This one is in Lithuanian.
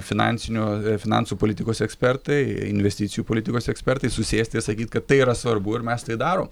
finansinio ir finansų politikos ekspertai investicijų politikos ekspertai susėst ir sakyt kad tai yra svarbu ir mes tai darom